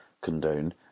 condone